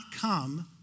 come